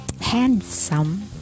Handsome